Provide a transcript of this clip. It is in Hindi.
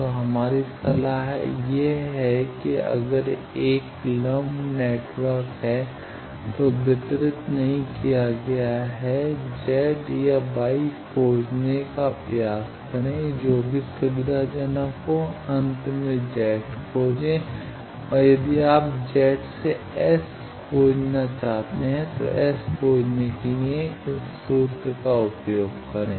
तो हमारी सलाह यह है कि अगर एक लंपड नेटवर्क है तो वितरित नहीं किया गया है Z या Y को खोजने का प्रयास करें जो भी सुविधाजनक हो अंत में Z खोजें और यदि आप Z से S खोजना चाहते हैं तो S खोजने के लिए इस सूत्र का उपयोग करें